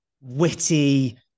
witty